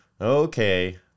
Okay